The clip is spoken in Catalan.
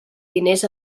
diners